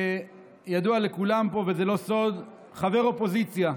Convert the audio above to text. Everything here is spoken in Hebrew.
ידוע לכולם פה וזה לא סוד שאני חבר אופוזיציה.